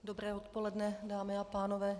Dobré odpoledne, dámy a pánové.